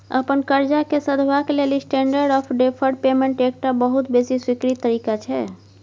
अपन करजा केँ सधेबाक लेल स्टेंडर्ड आँफ डेफर्ड पेमेंट एकटा बहुत बेसी स्वीकृत तरीका छै